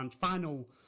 final